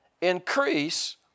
increase